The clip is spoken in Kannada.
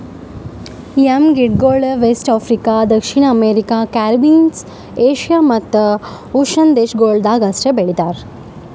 ಯಂ ಗಿಡಗೊಳ್ ವೆಸ್ಟ್ ಆಫ್ರಿಕಾ, ದಕ್ಷಿಣ ಅಮೇರಿಕ, ಕಾರಿಬ್ಬೀನ್, ಏಷ್ಯಾ ಮತ್ತ್ ಓಷನ್ನ ದೇಶಗೊಳ್ದಾಗ್ ಅಷ್ಟೆ ಬೆಳಿತಾರ್